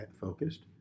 focused